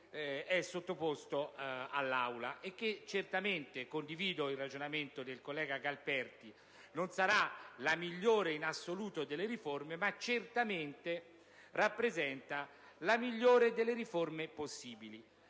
è sottoposto all'Aula e che certamente - condivido il ragionamento del collega Galperti - non sarà la migliore in assoluto delle riforme, ma di sicuro rappresenta la migliore delle riforme possibili,